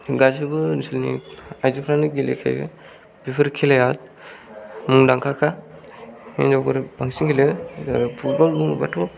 गासैबो ओनसोलनि आयजोफोरानो गेलेखायो बेफोर खेलाया मुंदांखा खा हिनजावफोर बांसिन गेलेयो फुटबल बुङोबाथ'